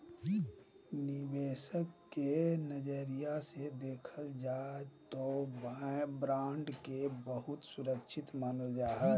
निवेशक के नजरिया से देखल जाय तौ बॉन्ड के बहुत सुरक्षित मानल जा हइ